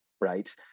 Right